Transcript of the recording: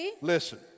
Listen